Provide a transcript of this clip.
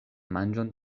manĝon